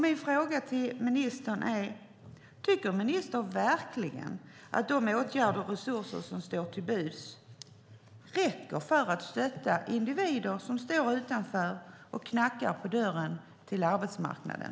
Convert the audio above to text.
Min fråga till ministern är: Tycker ministern verkligen att de åtgärder och resurser som står till buds räcker för att stötta individer som står utanför och knackar på dörren till arbetsmarknaden?